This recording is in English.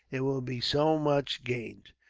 it will be so much gained.